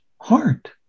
heart